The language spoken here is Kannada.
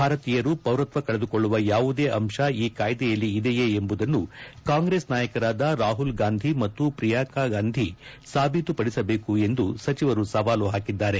ಭಾರತೀಯರು ಪೌರತ್ವ ಕಳೆದುಕೊಳ್ಳುವ ಯಾವುದೇ ಅಂಶ ಈ ಕಾಯ್ದೆಯಲ್ಲಿ ಇದೆಯೇ ಎಂಬುದನ್ನು ಕಾಂಗೈಸ್ ನಾಯಕರಾದ ರಾಹುಲ್ ಗಾಂಧಿ ಮತ್ತು ಪ್ರಿಯಾಂಕ ಗಾಂಧಿ ಸಾಬೀತುಪಡಿಸಬೇಕು ಎಂದು ಸಚಿವರು ಸವಾಲು ಹಾಕಿದ್ದಾರೆ